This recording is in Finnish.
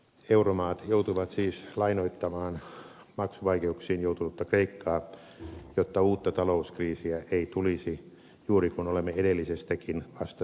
euromaat joutuvat siis lainoittamaan maksuvaikeuksiin joutunutta kreikkaa jotta uutta talouskriisiä ei tulisi juuri kun olemme edellisestäkin vasta selviämässä ehkä